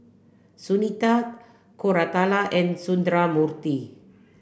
Sunita Koratala and Sundramoorthy